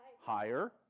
higher